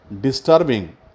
disturbing